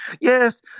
Yes